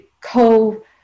co